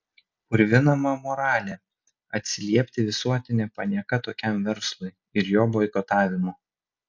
purvinama moralė atsiliepti visuotine panieka tokiam verslui ir jo boikotavimu